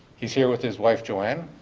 he's here with his wife joann.